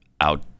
out